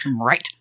Right